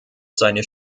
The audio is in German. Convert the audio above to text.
seine